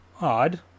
Odd